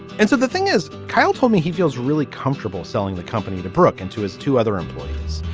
and so the thing is kyle told me he feels really comfortable selling the company to brooke and to his two other employees.